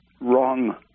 wrong